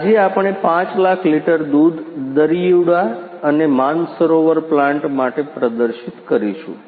આજે આપણે 5 લાખ લીટર દૂધ દરિયુડા અને માનસરોવર પ્લાન્ટ માટે પ્રદર્શિત કરીશું